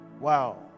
Wow